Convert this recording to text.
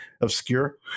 obscure